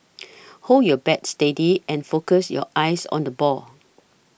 hold your bat steady and focus your eyes on the ball